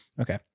okay